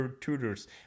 tutors